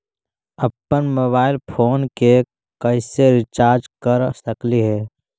अप्पन mobile phone के कैसे रिचार्ज कर सकली हे?